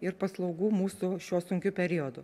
ir paslaugų mūsų šiuo sunkiu periodu